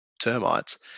termites